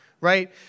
Right